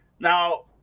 Now